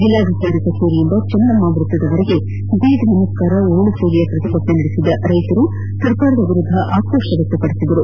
ಜಿಲ್ಲಾಧಿಕಾರಿ ಕಚೇರಿಯಿಂದ ಚನ್ನಮ್ಮ ವೃತ್ತದವರೆಗೆ ದೀಡ್ ನಮಸ್ಕಾರ ಉರುಳು ಸೇವೆಯ ಪ್ರತಿಭಟನೆ ನಡೆಸಿದ ರೈತರು ಸರಕಾರದ ವಿರುದ್ದ ಆಕ್ರೋಶ ವ್ಯಕ್ತಪಡಿಸಿದರು